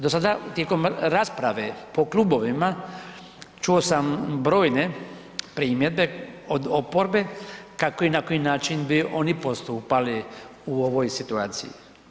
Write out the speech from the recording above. Do sada tijekom rasprave po klubovima čuo sam brojne primjedbe od oporbe kako i na koji način bi oni postupali u ovoj situaciji.